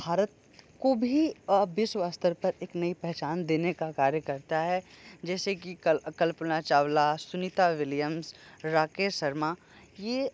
भारत को भी विश्व स्तर पर एक नई पहचान देने का कार्य करता है जैसे की कल्पना चावला सुनीता विलियम्स राकेश शर्मा ये